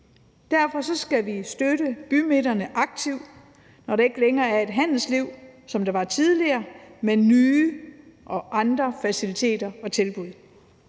Derfor skal vi støtte bymidterne aktivt, når der ikke længere er et handelsliv, som der var tidligere, med nye og andre faciliteter og tilbud.